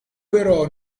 però